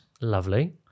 Lovely